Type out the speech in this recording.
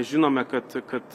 žinome kad kad